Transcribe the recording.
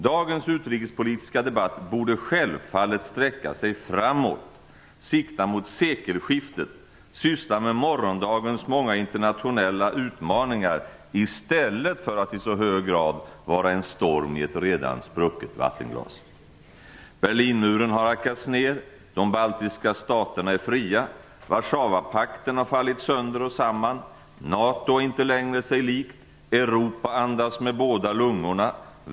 Dagens utrikespolitiska debatt borde självfallet sträcka sig framåt, sikta mot sekelskiftet och syssla med morgondagens många internationella utmaningar i stället för att i så hög grad vara en storm i ett redan sprucket vattenglas. Berlinmuren har hackats ner. De baltiska staterna är fria. Warszawapakten har fallit sönder och samman. NATO är inte längre sig likt. Europa andas med båda lungorna.